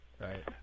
Right